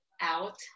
out